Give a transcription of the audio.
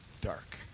dark